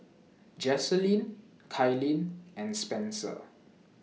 Jaslene Kailyn and Spencer